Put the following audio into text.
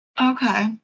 Okay